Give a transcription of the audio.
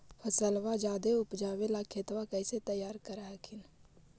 फसलबा ज्यादा उपजाबे ला खेतबा कैसे तैयार कर हखिन?